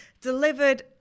delivered